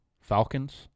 Falcons